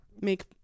make